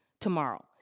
tomorrow